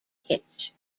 hitch